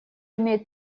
имеет